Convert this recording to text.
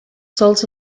sols